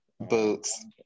Boots